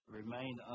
remain